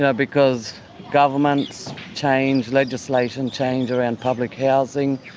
yeah because governments change, legislation change around public housing.